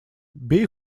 бей